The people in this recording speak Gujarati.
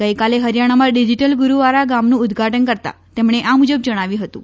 ગઈકાલે હરિયાણામાં ડિજિટલ ગુરવારા ગામનું ઉદઘાટન કરતાં તેમણે આ મુજબ જણાવ્યું હતું